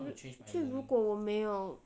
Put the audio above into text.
act~ actually 如果我没有